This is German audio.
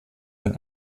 den